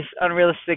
unrealistic